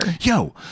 Yo